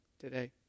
today